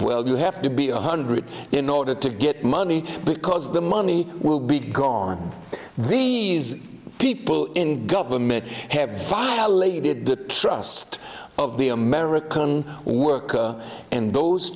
well you have to be one hundred in order to get money because the money will be gone these people in government have violated the trust of the american worker and those